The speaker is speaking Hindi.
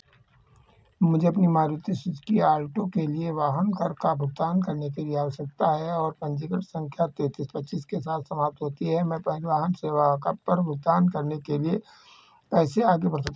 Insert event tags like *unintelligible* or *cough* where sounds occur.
मुझे अपने मारुति सुजुकी आल्टो के लिए वाहन कर का भुगतान करने के लिए आवश्यकता है और पंजीकरण संख्या तैंतीस पच्चीस के साथ समाप्त होती है मैं *unintelligible* सेवा पर भुगतान करने के लिए कैसे आगे बढ़ सक